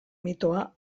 mitoa